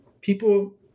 people